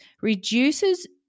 reduces